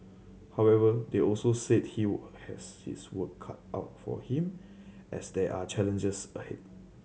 however they also said he has his work cut out for him as there are challenges ahead